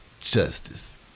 Justice